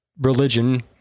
religion